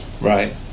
Right